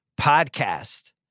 podcast